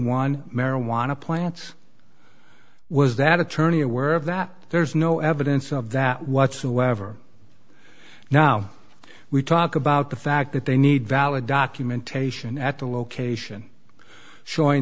one marijuana plants was that attorney aware of that there's no evidence of that whatsoever now we talk about the fact that they need valid documentation at the location showing